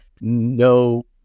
no